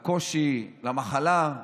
לקושי, למחלה,